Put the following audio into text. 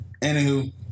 Anywho